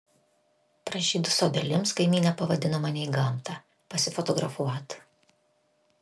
pražydus obelims kaimynė pavadino mane į gamtą pasifotografuot